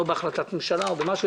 אולי בהחלטת הממשלה או במשהו,